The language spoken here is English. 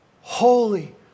holy